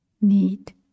NEED